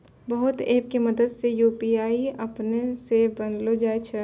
बहुते ऐप के मदद से यू.पी.आई अपनै से बनैलो जाय छै